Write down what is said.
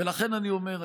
ולכן אני אומר,